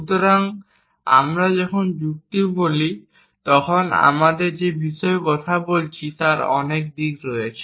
সুতরাং যখন আমরা যুক্তি বলি তখন আমরা যে বিষয়ে কথা বলছি তার অনেক দিক রয়েছে